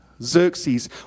Xerxes